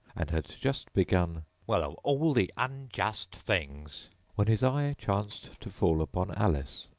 and had just begun well, of all the unjust things when his eye chanced to fall upon alice,